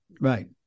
right